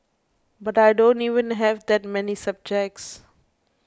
but I don't even have that many subjects